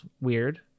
weird